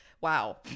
Wow